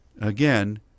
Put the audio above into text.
again